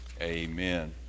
Amen